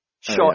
shot